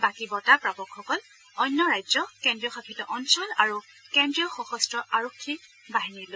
বাকী বঁটা প্ৰাপকসকল অন্য ৰাজ্য কেন্দ্ৰীয় শাসিত অঞ্চল আৰু কেন্দ্ৰীয় সশস্ত্ৰ আৰক্ষী বাহিনীৰ লোক